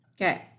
Okay